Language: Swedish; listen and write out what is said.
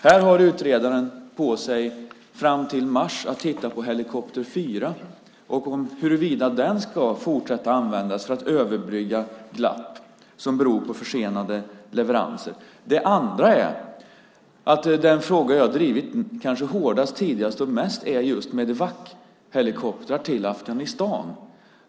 Här har utredaren tid på sig fram till mars för att titta på huruvida helikopter 4 ska fortsätta att användas för att överbrygga glapp som beror på försenade leveranser. Det andra är den fråga jag har drivit kanske hårdast, tidigast och mest, just Medevachelikoptrar till Afghanistan.